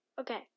okay